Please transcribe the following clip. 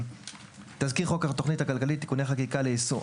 תסקיר חוק התכנית הכלכלית, תיקוני חקיקה ליישום.